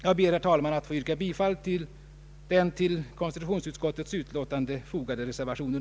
Jag ber, herr talman, att få yrka bifall till den till konstitutionsutskottets utlåtande fogade reservationen.